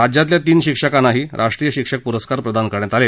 राज्यातल्या तीन शिक्षकांना राष्ट्रीय शिक्षक प्रस्कार प्रदान करण्यात आले